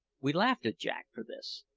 we laughed at jack for this,